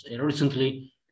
recently